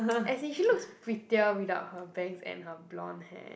as in she looks prettier without her bangs and her blonde hair